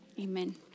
Amen